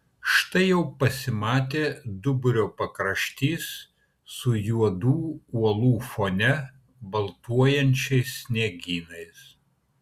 štai jau pasimatė duburio pakraštys su juodų uolų fone baltuojančiais sniegynais